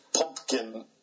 Pumpkin